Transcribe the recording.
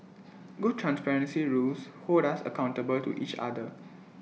good transparency rules hold us accountable to each other